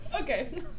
Okay